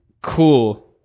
cool